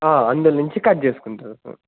ఆ అందరి నుంచి కట్ చేసుకుంటారు